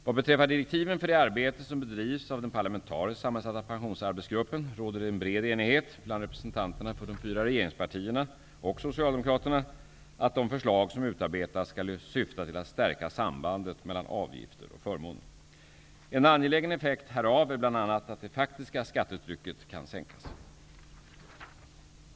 Vad beträffar direktiven för det arbete som bedrivs av den parlamentariskt sammansatta pensionsarbetsgruppen råder det en bred enighet bland representanterna för de fyra regeringspartierna och Socialdemokraterna att de förslag som utarbetats skall syfta till att stärka sambandet mellan avgifter och förmåner. En angelägen effekt härav är bl.a. att det faktiska skattetrycket kan sänkas.